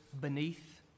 beneath